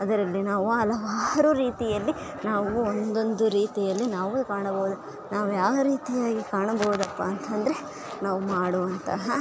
ಅದರಲ್ಲಿ ನಾವು ಹಲವಾರು ರೀತಿಯಲ್ಲಿ ನಾವು ಒಂದೊಂದು ರೀತಿಯಲ್ಲಿ ನಾವು ಕಾಣಬೋದು ನಾವು ಯಾವ ರೀತಿಯಾಗಿ ಕಾಣಬೋದಪ್ಪ ಅಂತಂದರೆ ನಾವು ಮಾಡುವಂತಹ